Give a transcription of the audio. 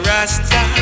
Rasta